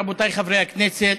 רבותיי חברי הכנסת,